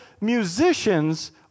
musicians